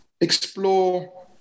explore